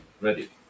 Ready